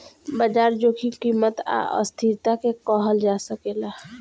बाजार जोखिम कीमत आ अस्थिरता के कहल जा सकेला